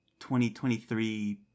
2023